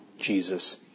Jesus